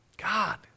God